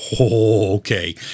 okay